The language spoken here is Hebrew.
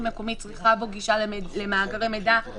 המקומית צריכה בו גישה למאגרי מידע זה לא נכון.